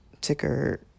ticker